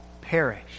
perish